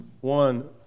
one